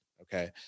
okay